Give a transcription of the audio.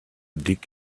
dig